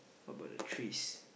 what about the trees